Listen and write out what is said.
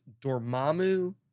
Dormammu